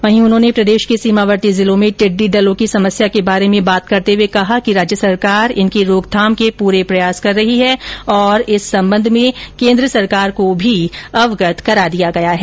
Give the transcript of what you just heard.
वहीं उन्होंने प्रदेश के सीमावर्ती जिलों में टिड्डी दल की समस्या के बारे में बात करते हुए कहा कि राज्य सरकार इनकी रोकथाम के पूरे प्रयास कर रही है और इस संबंध में केन्द्र सरकार को भी अवगत करा दिया गया है